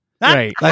Right